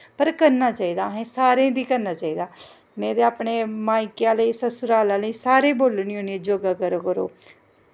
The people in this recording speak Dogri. पर करना चाहिदा असें सारें गी करना चाहिदा मेरे अपने मायिके आह्लें गी ससूराल आह्लें गी सारें गी बोलनी होन्नी योगा करा करो